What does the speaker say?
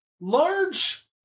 large